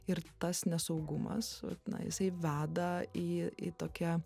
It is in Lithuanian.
ir tas nesaugumas na jisai veda į į tokią